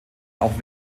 auch